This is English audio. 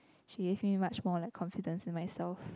she give me much more like confidence in myself